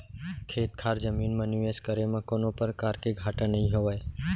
खेत खार जमीन म निवेस करे म कोनों परकार के घाटा नइ होवय